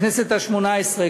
בכנסת השמונה-עשרה,